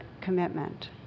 commitment